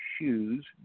shoes